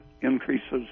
increases